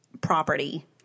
property